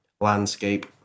landscape